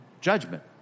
judgment